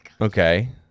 Okay